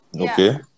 Okay